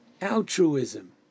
altruism